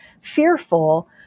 fearful